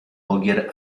ogier